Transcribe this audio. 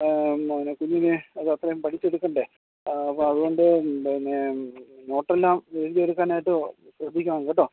പിന്നെ കുഞ്ഞിന് അതത്രേം പഠിച്ചേടുക്കണ്ടേ അപ്പോൾ അതുകൊണ്ട് പിന്നേ നോട്ടെല്ലാം എഴുതി എടുക്കാനായിട്ട് ശ്രദ്ധിക്കണം കേട്ടോ